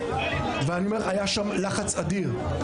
היה שם לחץ אדיר.